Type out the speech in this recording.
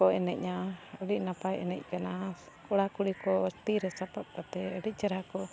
ᱠᱚ ᱮᱱᱮᱡᱼᱟ ᱟᱹᱰᱤ ᱱᱟᱯᱟᱭ ᱮᱱᱮᱡ ᱠᱟᱱᱟ ᱠᱚᱲᱟ ᱠᱩᱲᱤ ᱠᱚ ᱛᱤᱨᱮ ᱥᱟᱯᱟᱵ ᱠᱟᱛᱮ ᱟᱹᱰᱤ ᱪᱮᱨᱦᱟ ᱠᱚ